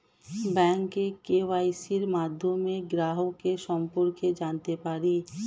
bank কেওয়াইসির মাধ্যমে গ্রাহকের সম্পর্কে জানতে পারে